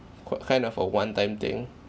qu~ kind of a one time thing